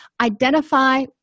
identify